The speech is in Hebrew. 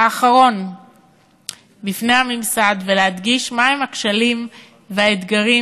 האחרון בפני הממסד ולהדגיש מה הם הכשלים והאתגרים